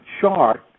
chart